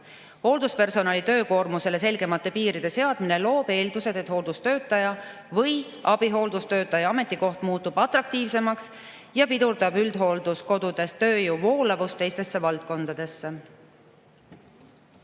Hoolduspersonali töökoormusele selgemate piiride seadmine loob eeldused, et hooldustöötaja või abihooldustöötaja ametikoht muutub atraktiivsemaks ja pidurdab tööjõu voolamist üldhoolduskodudest teistesse valdkondadesse.